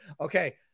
Okay